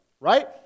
right